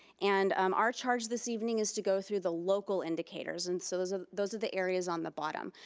and um our charge this evening is to go through the local indicators, and so those ah those are the areas on the bottom.